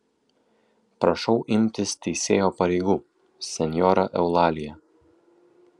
prašau imtis teisėjo pareigų senjora eulalija